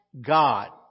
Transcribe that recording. God